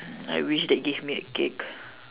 I wish they gave me a cake